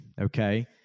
Okay